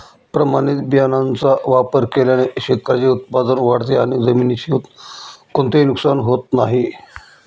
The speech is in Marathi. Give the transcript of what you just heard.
प्रमाणित बियाण्यांचा वापर केल्याने शेतकऱ्याचे उत्पादन वाढते आणि जमिनीचे कोणतेही नुकसान होत नाही